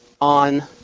on